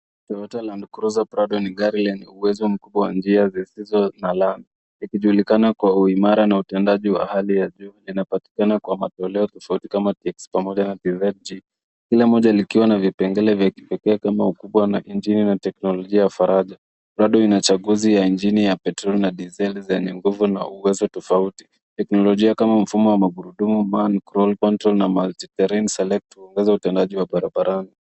Toyota Landcruiser Prado ni gari lenye uwezo mkubwa wa njia zisizo na lami ikijulikana kwa uimara na utendaji wa hali ya juu linapatikana kwa matoleo tofauti kama TX na TVG kila moja likiwa na vipengele vya kipekee kama ukubwa na injini na teknolojia ya faraja. Prado ina chaguzi ya injini ya petroli na diseli zenye nguvu na uwezo tofauti. Teknolojia kama mfumo wa magurudumu ambayo ni Croll Puncton na Multi Terrain Select huongoza utendaji wa barabarani.